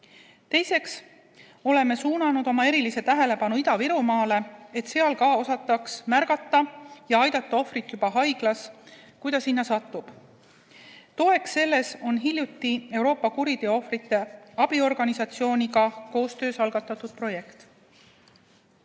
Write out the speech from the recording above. Teiseks oleme suunanud oma erilise tähelepanu Ida-Virumaale, et ka seal osataks märgata ja aidata ohvrit juba haiglas, kui ta sinna satub. Toeks selles on hiljuti koostöös Euroopa kuriteoohvrite abistamise organisatsiooniga algatatud projekt.